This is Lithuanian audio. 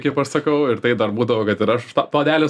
kaip aš sakau ir tai dar būdavo kad ir aš tą puodelį